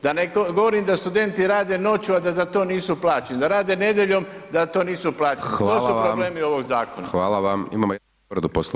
Da ne govorim da studenti rade noću a da za to nisu plaćeni, da rade nedjeljom, da to nisu plaćeni, to su problemi ovog zakona.